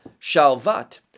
shalvat